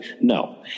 No